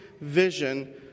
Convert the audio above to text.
vision